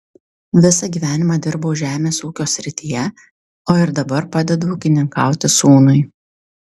visą gyvenimą dirbau žemės ūkio srityje o ir dabar padedu ūkininkauti sūnui